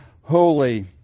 Holy